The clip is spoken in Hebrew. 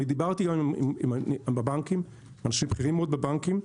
אני דיברתי עם הבנקים, אנשים בכירים מאוד בבנקים.